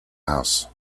house